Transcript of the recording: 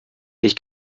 ich